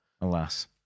Alas